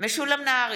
משולם נהרי,